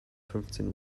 fünfzehn